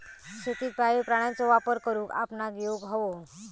शेतीत पाळीव प्राण्यांचो वापर करुक आपणाक येउक हवो